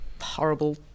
horrible